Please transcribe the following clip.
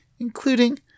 Including